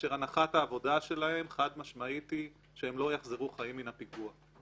כאשר הנחת העבודה שלהם חד משמעית היא שהם לא יחזרו חיים מן הפיגוע.